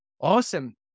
Awesome